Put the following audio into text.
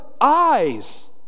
eyes